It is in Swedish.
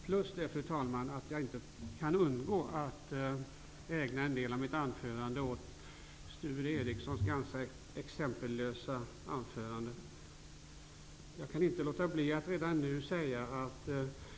Dessutom kan jag inte, fru talman, undgå att ägna en del av mitt anförande åt Sture Ericsons ganska exempellösa anförande.